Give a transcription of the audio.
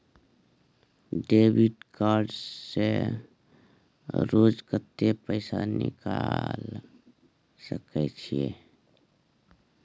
Debit card से रोज कत्ते पैसा निकाल सके छिये?